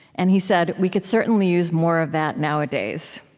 and he said, we could certainly use more of that nowadays.